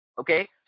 Okay